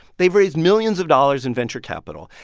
they've raised millions of dollars in venture capital.